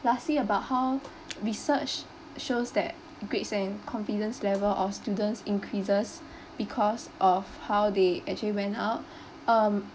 lastly about how research shows that grades and confidence level of students increases because of how they actually went out um